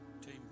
team